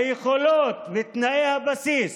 היכולות ותנאי הבסיס